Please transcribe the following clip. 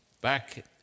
back